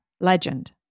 Legend